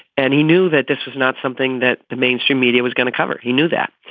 and he knew that this was not something that the mainstream media was going to cover. he knew that.